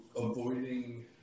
avoiding